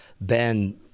Ben